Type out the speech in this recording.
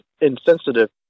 insensitive